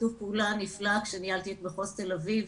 שיתוף פעולה נפלא כשניהלתי את מחוז תל אביב